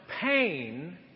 pain